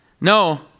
No